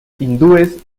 hindúes